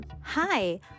hi